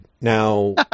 Now